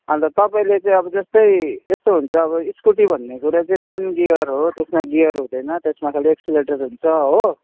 अनि त तपाईँले चाहिँ जस्तै यस्तो हुन्छ अब स्कुटी भन्ने कुरा चाहिँ नन गियर हो त्यसमा गियर हुँदैन त्यसमा त एक्सिलेटर हुन्छ हो